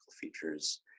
features